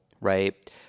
right